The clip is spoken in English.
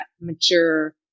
mature